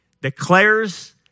declares